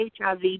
HIV